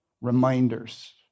reminders